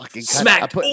smack